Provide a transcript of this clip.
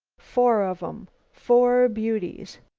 four of em four beauties!